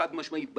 חד משמעית.